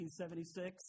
1976